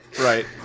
Right